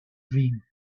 dream